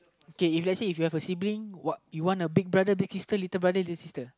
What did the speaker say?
okay if let's say if you have a sibling what you want a big brother big sister little brother little sister